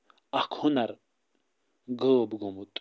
اکھ ہُنر غٲب گوٚمُت